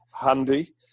handy